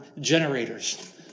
generators